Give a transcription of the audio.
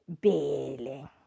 Billy